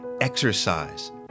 Exercise